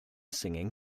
singing